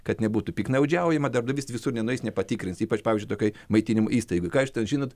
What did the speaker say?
kad nebūtų piktnaudžiaujama darbdavys visur nenueis nepatikrins ypač pavyzdžiui tokioj maitinimo įstaigoj ką iš to žinot